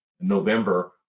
november